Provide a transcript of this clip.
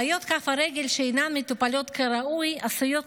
בעיות כף הרגל שאינן מטופלות כראוי עשויות